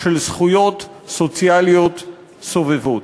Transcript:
של זכויות סוציאליות סובבות.